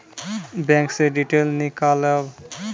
Bank से detail नीकालव?